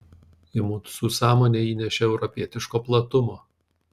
į mūsų sąmonę įnešė europietiško platumo